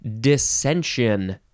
Dissension